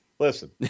Listen